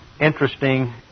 interesting